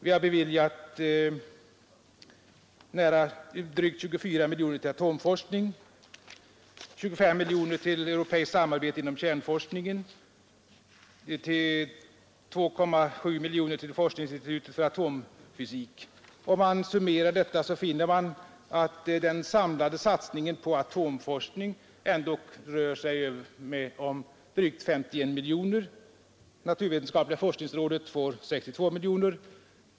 Vi har beviljat drygt 24 miljoner till atomforskning, 25 miljoner till europeiskt samarbete inom kärnforskning, 2,7 miljoner till forskningsinstitutet för atomfysik. Om man summerar detta så finner man att den samlade satsningen på atomforskning ändå rör sig om drygt 51 miljoner. Naturvetenskapliga forskningsrådet får 62 miljoner.